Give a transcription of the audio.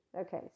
Okay